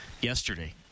yesterday